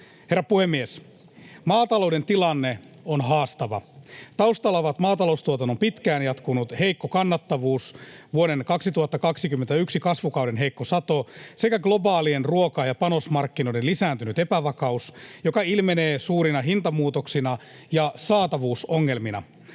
Arvoisa puhemies! Maatalouden tilanne on haastava. Taustalla ovat maataloustuotannon pitkään jatkunut heikko kannattavuus, vuoden 2021 kasvukauden heikko sato sekä globaalien ruoka- ja panosmarkkinoiden lisääntynyt epävakaus, joka ilmenee suurina hintamuutoksina ja saatavuusongelmina.